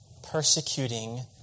Persecuting